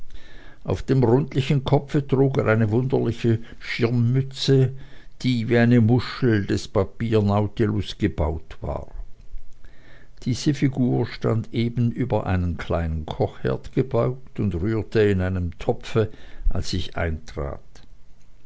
auf dem rundlichen kopfe trug er eine wunderliche schirmmütze die wie die muschel des papiernautilus gebaut war diese figur stand eben über einen kleinen kochherd gebückt und rührte in einem topfe als ich eintrat